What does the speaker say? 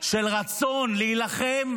של רצון להילחם,